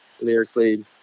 lyrically